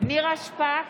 נירה שפק,